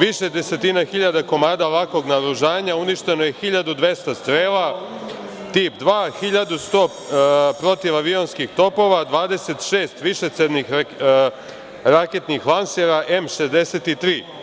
više desetina hiljada komada lakog naoružanja, uništeno je 1.200 „Strela tip 2“, 1.100 protivavionskih topova, 26 višecevnih raketnih lansera M63.